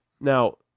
now